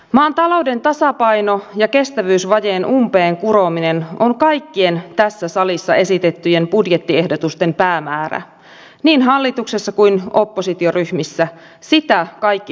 maan talouden tasapaino ja kestävyysvajeen umpeen kurominen ovat kaikkien tässä salissa esitettyjen budjettiehdotusten päämäärä niin hallituksessa kuin oppositioryhmissäkin sitä kaikki haluavat